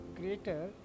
greater